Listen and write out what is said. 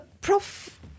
Prof